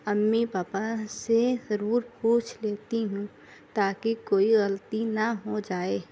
امی پاپا سے ضرور پوچھ لیتی ہوں تاکہ کوئی غلطی نہ ہو جائے